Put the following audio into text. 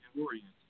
oriented